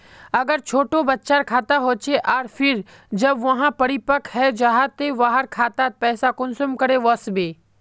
अगर छोटो बच्चार खाता होचे आर फिर जब वहाँ परिपक है जहा ते वहार खातात पैसा कुंसम करे वस्बे?